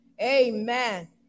Amen